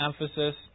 emphasis